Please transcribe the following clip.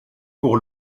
pour